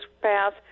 path